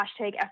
hashtag